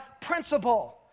principle